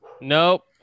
Nope